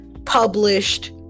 published